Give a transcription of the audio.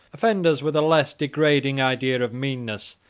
offend us with a less degrading idea of meanness,